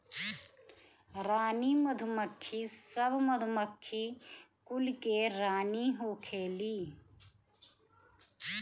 रानी मधुमक्खी सब मधुमक्खी कुल के रानी होखेली